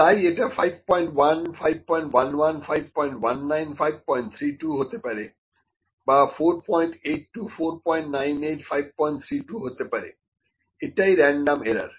তাই এটা 51 511 519 532 হতে পারে বা 482 498 532 হতে পারে এটাই রেনডম এরার